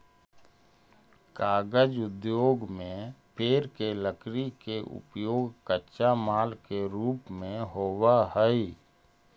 कागज उद्योग में पेड़ के लकड़ी के उपयोग कच्चा माल के रूप में होवऽ हई